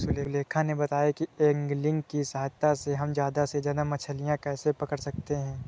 सुलेखा ने बताया कि ऐंगलिंग की सहायता से हम ज्यादा से ज्यादा मछलियाँ कैसे पकड़ सकते हैं